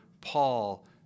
Paul